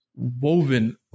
woven